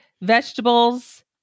vegetables